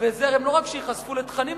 וזה לא רק שייחשפו לתכנים,